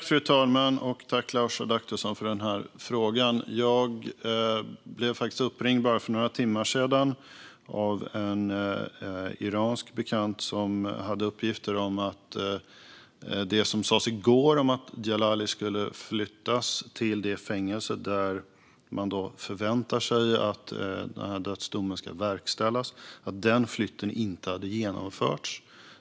Fru talman! Tack, Lars Adaktusson, för frågan! Jag blev faktiskt uppringd för bara några timmar sedan av en iransk bekant som hade uppgifter om att det som sas i går om att Djalali skulle flyttas till det fängelse där man förväntar sig att dödsdomen ska verkställas inte hade genomförts.